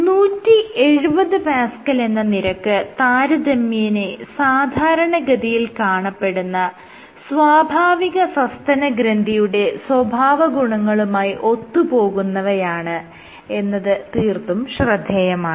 170Pa എന്ന നിരക്ക് താരതമ്യേന സാധാരണഗതിയിൽ കാണപ്പെടുന്ന സ്വാഭാവിക സസ്തനഗ്രന്ഥിയുടെ സ്വഭാവഗുണങ്ങളുമായി ഒത്തുപോകുന്നവയാണ് എന്നത് തീർത്തും ശ്രദ്ധേയമാണ്